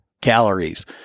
calories